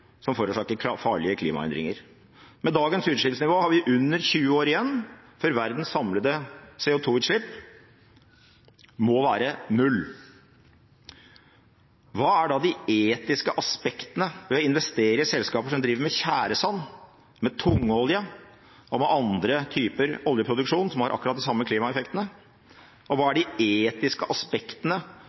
som forårsaker farlige klimaendringer. Med dagens utslippsnivå har vi under 20 år igjen før verdens samlede CO2-utslipp må være null. Hva er da de etiske aspektene ved å investere i selskaper som driver med tjæresand, med tungolje og med andre typer oljeproduksjon, som har akkurat de samme klimaeffektene? Og hva er de etiske aspektene